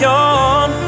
on